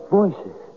voices